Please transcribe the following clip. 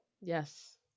Yes